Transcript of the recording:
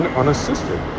unassisted